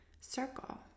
circle